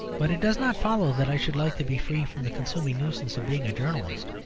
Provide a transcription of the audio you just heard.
but it does not follow that i should like to be free from the consuming nuisance of being a journalist.